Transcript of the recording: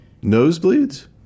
Nosebleeds